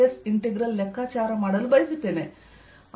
ds integral ಲೆಕ್ಕಾಚಾರ ಮಾಡಲು ಬಯಸುತ್ತೇನೆ